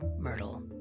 Myrtle